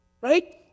Right